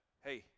Hey